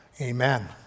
Amen